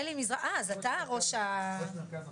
אה אז אתה ראש המרכז.